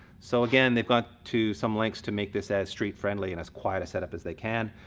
so again, they've gone to some lengths to make this as street friendly and as quiet a setup as they can.